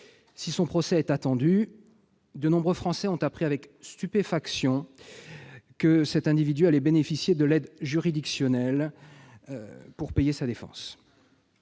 Si son procès est attendu, de nombreux Français ont appris avec stupéfaction que cet individu allait bénéficier de l'aide juridictionnelle pour payer sa défense.